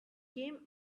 came